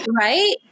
right